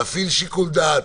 להפעיל שיקול דעת,